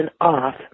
off